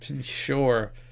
sure